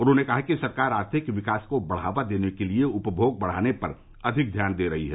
उन्होंने कहा कि सरकार आर्थिक विकास को बढ़ावा देने के लिए उपभोग बढ़ाने पर अधिक ध्यान दे रही है